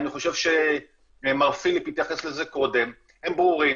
אני חושב שמר פיליפ התייחס לזה קודם, הם ברורים